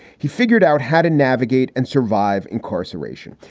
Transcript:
he figured out how to navigate and survive incarceration.